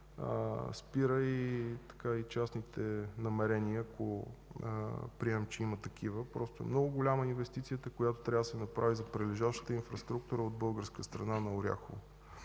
спира и частните намерения, ако приемем, че има такива. Просто инвестицията, която трябва да се направи за прилежащата инфраструктура от българска страна на Оряхово,